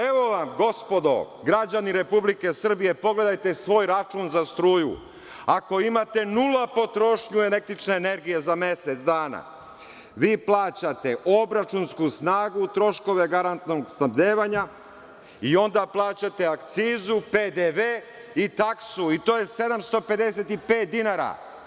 Evo vam, gospodo, građani Republike Srbije, pogledajte svoj račun za struju, ako imate nulta potrošnju električne energije za mesec dana, vi plaćate obračunsku snagu, troškove garantnog snabdevanja i onda plaćate akcizu, PDV i taksu i to je 755 dinara.